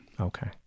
Okay